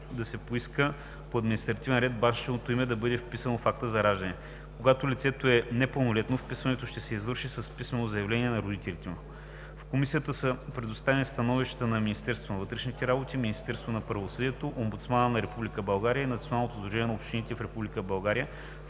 да поиска по административен ред бащиното му име да бъде вписано в акта за раждане. Когато лицето е непълнолетно, вписването ще се извършва с писмено заявление на родителите му. В Комисията са предоставени становища от Министерството на вътрешните работи, Министерство на правосъдието, омбудсмана на Република България и от Националното сдружение на общините в